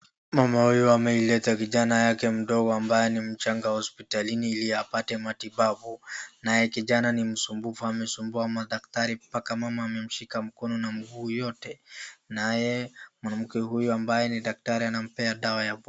Mama huyu ameleta kijana yake mdogo ambaye ni mchanga hospitalini ili apate matibabu, na kijana ni msumbufu amesumbua madaktari mpaka mama amemshika mkono na miguu yote. Naye mwanamke huyu ambaye ni daktari anampea dawa ya.